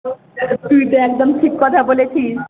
তুই তো একদম ঠিক কথা বলেছিস